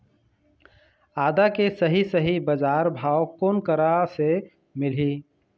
आदा के सही सही बजार भाव कोन करा से मिलही?